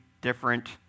different